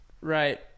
Right